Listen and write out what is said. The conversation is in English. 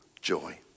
joy